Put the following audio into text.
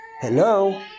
Hello